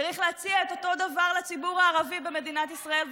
צריך להציע אותו דבר לציבור הערבי במדינת ישראל,